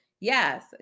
Yes